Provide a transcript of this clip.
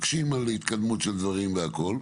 מקשים על התקדמות של דברים והכול,